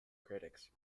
critics